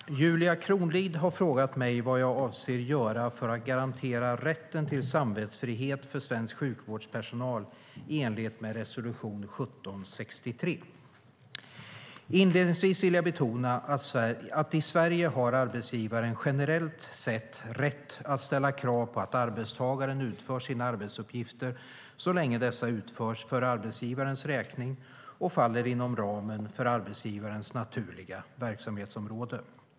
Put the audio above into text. Herr talman! Julia Kronlid har frågat mig vad jag avser att göra för att garantera rätten till samvetsfrihet för svensk sjukvårdspersonal i enlighet med resolution 1763. Inledningsvis vill jag betona att i Sverige har arbetsgivaren generellt sett rätt att ställa krav på att arbetstagaren utför sina arbetsuppgifter så länge dessa utförs för arbetsgivarens räkning och faller inom ramen för arbetsgivarens naturliga verksamhetsområde.